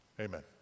Amen